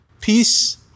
peace